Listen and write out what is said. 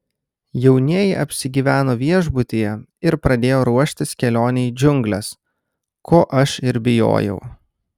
jaunieji apsigyveno viešbutyje ir pradėjo ruoštis kelionei į džiungles ko aš ir bijojau